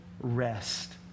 rest